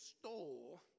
stole